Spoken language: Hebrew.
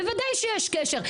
בוודאי שיש קשר,